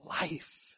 life